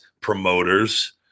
promoters